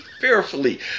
fearfully